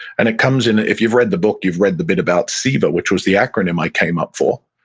and it comes in, if you've read the book, you've read the bit about siva, which was the acronym i came up for.